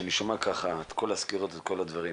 כשאני שומע ככה את כל הסקירות ואת כל הדברים,